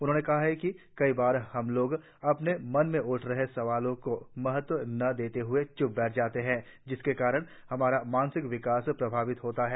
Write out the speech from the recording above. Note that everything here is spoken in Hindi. उन्होंने कहा है कि कई बार हम लोग अपने मन में उठ रहे सवालों को महत्व न देते हुए चूप बैठ जाते है जिसके कारण हमारा मानसिक विकास प्रभावित होता है